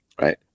Right